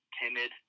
timid